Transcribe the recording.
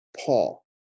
Paul